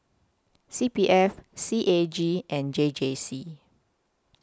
C P F C A G and J J C